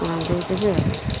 ହଁ ଦେଇଦେବେ ଆଉ